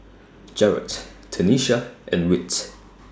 Jaret Tanisha and Whit